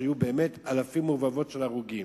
שיהיו אלפים ורבבות של הרוגים.